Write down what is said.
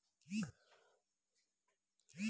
माननीय मोदीजीक हाथे एहि योजना केर शुभारंभ भेलै